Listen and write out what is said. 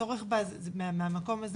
ובאמת מהמקום הזה